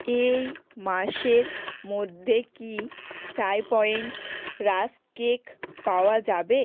এই মাসের মধ্যে কি চায় পয়েন্ট রাস্ক কেক পাওয়া যাবে